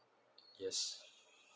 yes